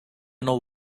know